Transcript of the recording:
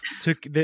took